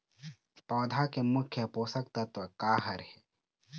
पौधा के मुख्य पोषकतत्व का हर हे?